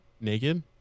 naked